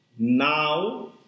Now